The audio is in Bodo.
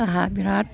आंहा बिराद